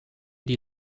die